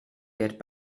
get